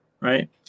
right